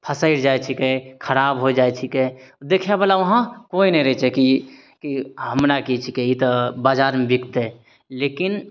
फसैर जाइ छिकै खराब होइ जाइ छिकै देखै बला वहाँ कोइ नहि रहै छै की की हमरा किछु कहितऽ बजारमे बिकतै लेकिन